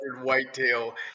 whitetail